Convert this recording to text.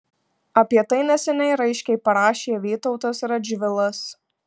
apie tai neseniai raiškiai parašė vytautas radžvilas